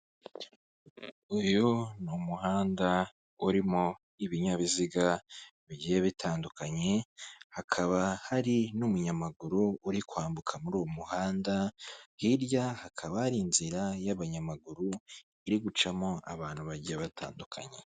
Uyu ni umuhanda urimo ibinyabiziga bigiye bitandukanye hakaba hari n'umunyamaguru uri kwambuka muri uwo muhanda, hirya hakaba hari inzira y'abanyamaguru iri gucamo abantu bagiye batandukanye.